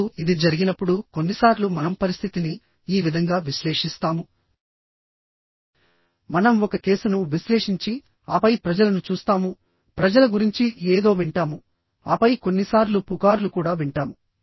ఇప్పుడు ఇది జరిగినప్పుడు కొన్నిసార్లు మనం పరిస్థితిని ఈ విధంగా విశ్లేషిస్తాము మనం ఒక కేసును విశ్లేషించి ఆపై ప్రజలను చూస్తాము ప్రజల గురించి ఏదో వింటాము ఆపై కొన్నిసార్లు పుకార్లు కూడా వింటాము